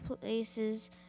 places